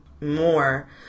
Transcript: more